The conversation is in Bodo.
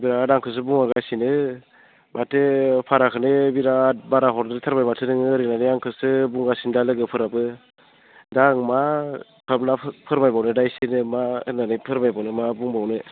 बिराद आंखौसो बुंहरगासिनो माथो भाराखौनो बिराद बारा हरद्राय थारबाय माथो नोङो ओरै होननानै आंखौसो बुंगासिनो दा लोगोफोराबो दा आं मा भाबनाफोर फोरमायबावनो दा बिसोरो मा होननानै फोरमायबावनो मा बुंबावनो